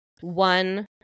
one